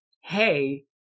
hey